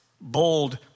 bold